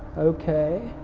okay?